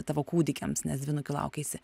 tavo kūdikiams nes dvynukių laukeisi